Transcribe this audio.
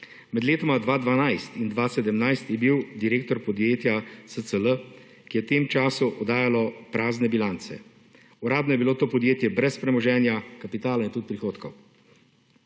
Med letoma 2012 in 2017 je bil direktor podjetja SCL, ki je v tem času oddajalo prazne bilance. Uradno je bilo to podjetje brez premoženja, kapitala in tudi prihodkov.